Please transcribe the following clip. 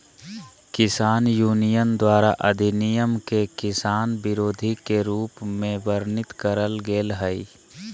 किसान यूनियन द्वारा अधिनियम के किसान विरोधी के रूप में वर्णित करल गेल हई